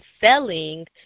selling